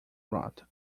rot